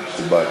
מקובל.